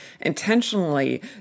intentionally